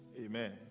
Amen